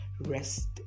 rest